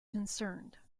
concerned